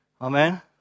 Amen